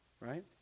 right